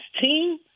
team